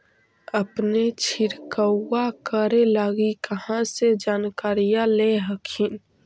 अपने छीरकाऔ करे लगी कहा से जानकारीया ले हखिन?